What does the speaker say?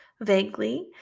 vaguely